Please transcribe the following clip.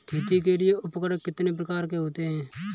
खेती के लिए उपकरण कितने प्रकार के होते हैं?